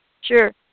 sure